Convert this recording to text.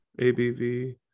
abv